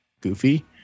goofy